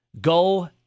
Go